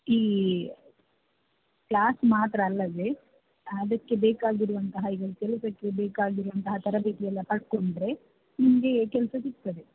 ಈ ಕ್ಲಾಸ್ ಮಾತ್ರ ಅಲ್ಲದೆ ಅದಕ್ಕೆ ಬೇಕಾಗಿರುವಂತಹ ಈಗ ಕೆಲಸಕ್ಕೆ ಬೇಕಾಗಿರುವಂತಹ ತರಬೇತಿಯೆಲ್ಲ ಪಡ್ಕೊಂಡ್ರೆ ನಿಮಗೆ ಕೆಲಸ ಸಿಗ್ತದೆ